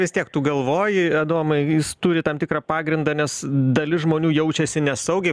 vis tiek tu galvoji adomai jis turi tam tikrą pagrindą nes dalis žmonių jaučiasi nesaugiai